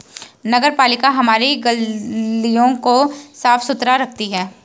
नगरपालिका हमारी गलियों को साफ़ सुथरा रखती है